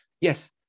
yes